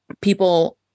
people